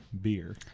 beer